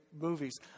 movies